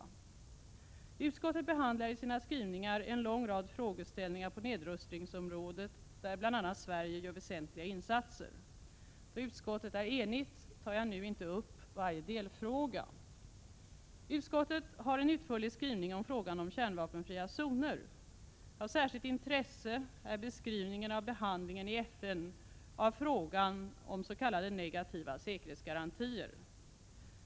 Utskottet behandlar i sina skrivningar en lång rad frågeställningar på nedrustningsområdet, där bl.a. Sverige gör väsentliga insatser. Då utskottet är enigt tar jag nu inte upp varje delfråga. Utskottet har en utförlig skrivning om frågan om kärnvapenfria zoner. Av särskilt intresse är beskrivningen av behandlingen i FN av frågan om s.k. negativa säkerhetsgarantier.